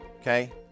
okay